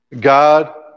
God